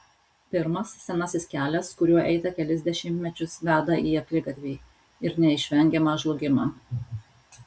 pirmas senasis kelias kuriuo eita kelis dešimtmečius veda į akligatvį ir neišvengiamą žlugimą